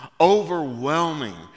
overwhelming